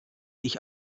ich